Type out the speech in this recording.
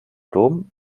dom